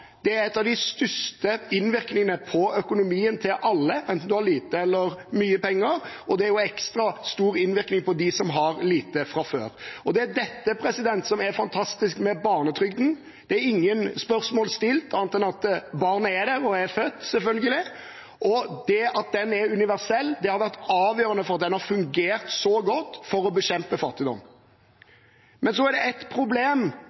er en av de største innvirkningene på økonomien for alle, enten man har lite eller mye penger, og det er en ekstra stor innvirkning for dem som har lite fra før. Det er dette som er fantastisk med barnetrygden. Det er ingen spørsmål stilt, annet enn at barnet er der og er født, selvfølgelig. At barnetrygden er universell, har vært avgjørende for at den har fungert så godt for å bekjempe fattigdom. Så er det ett problem,